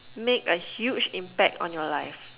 made a huge impact on your life